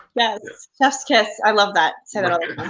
yeah yes. chef's kiss, i love that. sort of